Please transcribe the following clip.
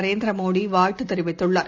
நரேந்திரமோடிவாழ்த்துதெரிவித்துள்ளார்